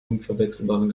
unverwechselbaren